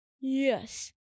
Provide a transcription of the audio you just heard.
Yes